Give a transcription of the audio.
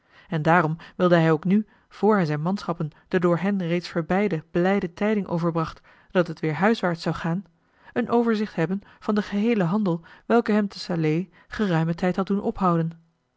en daarom wilde hij ook nu voor hij zijn manschappen de door hen reeds verbeide blijde tijding overbracht dat het weer huisjoh h been paddeltje de scheepsjongen van michiel de ruijter waarts zou gaan een overzicht hebben van den geheelen handel welke hem te salé geruimen tijd had doen ophouden